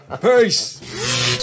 peace